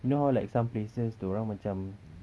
you know how like some places dia orang macam